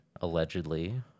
allegedly